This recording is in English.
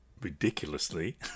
ridiculously